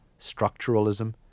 structuralism